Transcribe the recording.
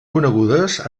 conegudes